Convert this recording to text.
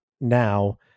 now